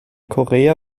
korea